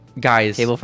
Guys